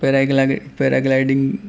پیرا gliding